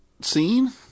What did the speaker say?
scene